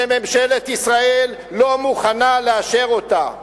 שממשלת ישראל לא מוכנה לאשר אותה.